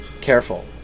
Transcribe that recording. careful